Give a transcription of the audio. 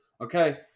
Okay